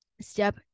Step